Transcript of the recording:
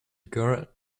girl